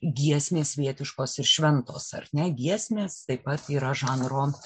giesmės svietiškos ir švento ar ne giesmės taip pat yra žanro